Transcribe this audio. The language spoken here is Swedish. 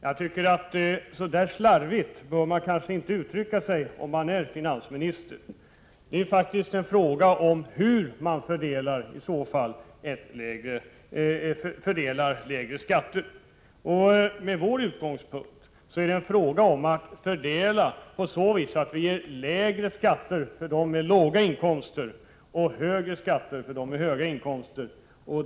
Jag tycker att man inte bör uttrycka sig så slarvigt när man är finansminister. Det är faktiskt fråga om hur man i så fall fördelar de lägre skatterna. Med vår utgångspunkt skall man fördela så att det blir lägre skatter för dem med låga inkomster och högre skatter för dem med höga inkomster.